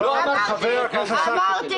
אמרתי